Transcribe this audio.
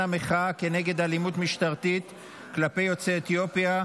המחאה כנגד אלימות משטרתית כלפי יוצאי אתיופיה,